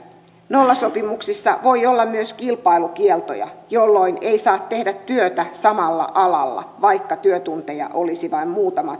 nollasopimuksissa voi olla myös kilpailukieltoja jolloin ei saa tehdä työtä samalla alalla vaikka työtunteja olisi vain muutama tunti